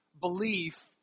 Belief